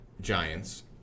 giants